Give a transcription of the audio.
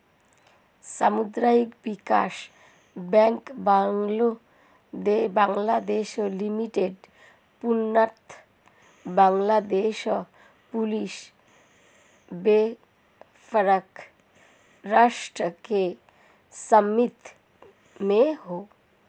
सामुदायिक विकास bank Bangladesh limited पूर्णतः बांग्लादेश पुलिस वेलफेयर ट्रस्ट के स्वामित्व में है